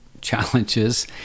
challenges